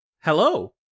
hello